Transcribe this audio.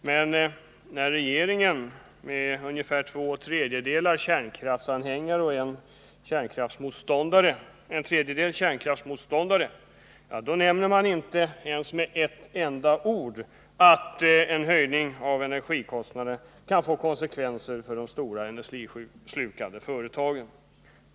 Men regeringen — med ungefär två tredjedelar kärnkraftsanhängare och en tredjedel kärnkraftsmotståndare — nämner inte med ett enda ord att en höjning av energikostnaderna kan få konsekvenser för de stora, energislukande företagen.